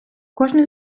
кожний